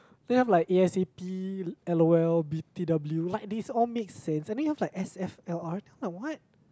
then I'm like A_S_A_P L_O_L B_T_W like these all make sense and then there's like S_F_L_R then I'm like what